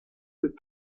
que